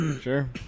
Sure